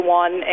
one